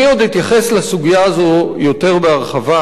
אני עוד אתייחס לסוגיה הזאת יותר בהרחבה,